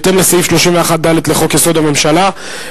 בהתאם לסעיף 31(ד) לחוק-יסוד: הממשלה,